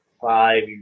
five